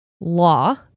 law